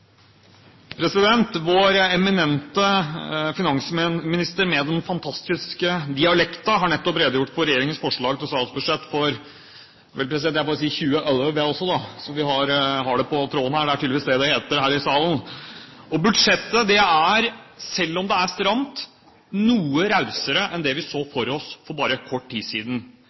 Vår eminente finansminister med den fantastiske dialekten har nettopp redegjort for regjeringens forslag til statsbudsjett for 2011 – jeg får vel si «tjueølløv» jeg også, så vi har det på tråden her. Det er tydeligvis det det heter her i salen. Budsjettet er, selv om det er stramt, noe rausere enn det vi så for oss for bare kort tid siden.